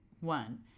One